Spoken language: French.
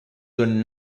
donne